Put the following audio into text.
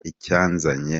icyanzanye